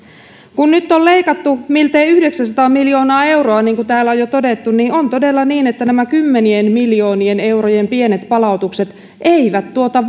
kun nyt on leikattu miltei yhdeksänsataa miljoonaa euroa niin kuin täällä on jo todettu niin on todella niin että nämä kymmenien miljoonien eurojen pienet palautukset eivät tuota